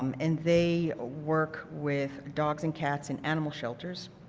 um and they ah work with dogs and cats and animal shelters